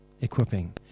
equipping